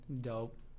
Dope